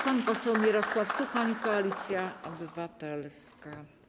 Pan poseł Mirosław Suchoń, Koalicja Obywatelska.